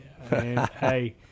Hey